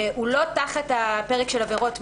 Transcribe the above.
הוא לא תחת הפרק של עבירות מין.